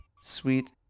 sweet